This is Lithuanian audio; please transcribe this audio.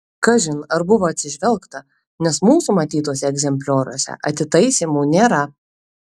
kažin ar buvo atsižvelgta nes mūsų matytuose egzemplioriuose atitaisymų nėra